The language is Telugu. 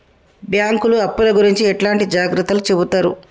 బ్యాంకులు అప్పుల గురించి ఎట్లాంటి జాగ్రత్తలు చెబుతరు?